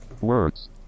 words